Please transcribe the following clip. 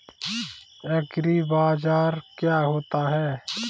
एग्रीबाजार क्या होता है?